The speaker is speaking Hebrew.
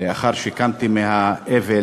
לאחר שקמתי מהאבל